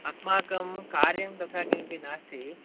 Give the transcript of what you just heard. अस्माकं कार्यं तथा किमपि नास्ति